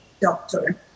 doctor